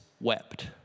wept